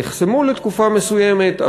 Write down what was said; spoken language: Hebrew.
נחסמו לתקופה מסוימת,